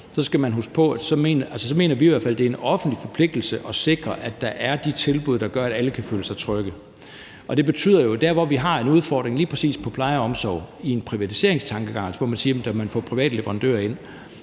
mener vi, er en offentlig forpligtelse at sikre, at der er de tilbud, der gør, at alle kan føle sig trygge. Og det betyder jo, at der, hvor vi har en udfordring lige præcis på pleje og omsorg i en privatiseringstankegang – altså hvor man siger, at man tager private leverandører ind